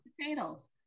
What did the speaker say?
potatoes